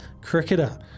cricketer